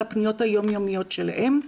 הפניות היום-יומיות שלהם.